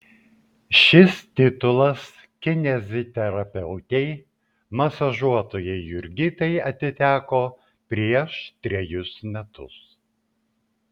šis titulas kineziterapeutei masažuotojai jurgitai atiteko prieš trejus metus